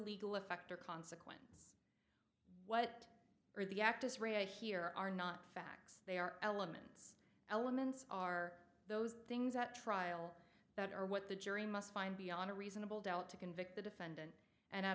legal effect or consequence what are the actus reus here are not facts they are elements elements are those things at trial that are what the jury must find beyond a reasonable doubt to convict the defendant and out